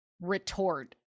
retort